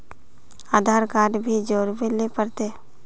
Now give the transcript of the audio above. आधार card भी जोरबे ले पड़ते?